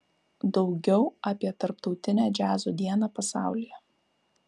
daugiau apie tarptautinę džiazo dieną pasaulyje